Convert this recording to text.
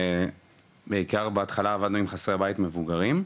אנחנו בעיקר בהתחלה עבדנו עם חסרי בית מבוגרים,